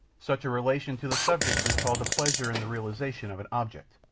such a relation to the subject is called the pleasure in the realization of an object.